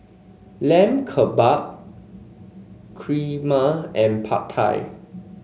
Lamb Kebab Kheema and Pad Thai